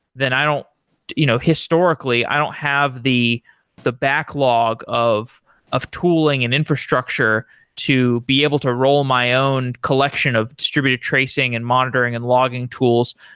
then i don't you know historically, i don't have the the backlog of of tooling and infrastructure to be able to roll my own collection of distributed tracing and monitoring and logging tools,